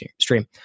stream